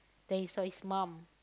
then he saw his mum